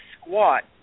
squat